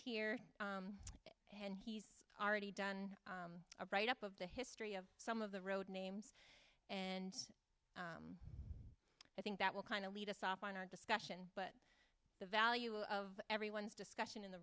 here he's already done a write up of the history of some of the road names and i think that will kind of lead us off on our discussion but the value of everyone's discussion in the